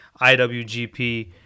IWGP